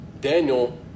Daniel